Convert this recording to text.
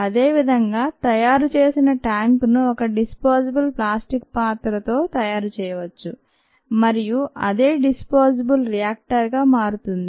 అదే విధంగా తయారు చేసిన ట్యాంకును ఒక డిస్పోజబుల్ ప్లాస్టిక్ పాత్రతో తయారు చేయవచ్చు మరియు అదే డిస్పోజబుల్ రియాక్టర్ గా మారుతుంది